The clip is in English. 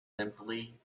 simply